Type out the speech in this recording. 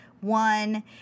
one